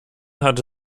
hatte